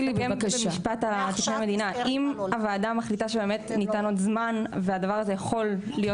אם הוועדה מחליטה שניתן עוד זמן והדבר הזה יכול להיות